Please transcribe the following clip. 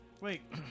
Wait